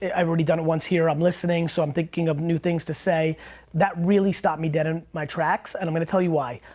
i've already done it once here. i'm listening, so i'm thinking of new things to say that really stop me dead in my tracks. and i'm gonna tell you why.